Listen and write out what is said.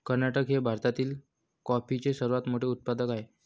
कर्नाटक हे भारतातील कॉफीचे सर्वात मोठे उत्पादक आहे